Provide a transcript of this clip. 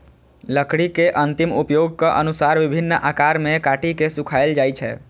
लकड़ी के अंतिम उपयोगक अनुसार विभिन्न आकार मे काटि के सुखाएल जाइ छै